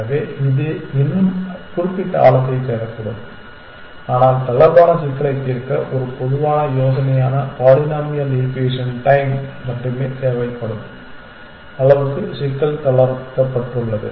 எனவே இது இன்னும் குறிப்பிட்ட ஆழத்தை தேடக்கூடும் ஆனால் தளர்வான சிக்கலைத் தீர்க்க ஒரு பொதுவான யோசனையான பாலினாமியல் ஈக்வேஷன் டைம் மட்டுமே தேவைப்படும் அளவுக்கு சிக்கல் தளர்த்தப்பட்டுள்ளது